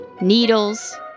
needles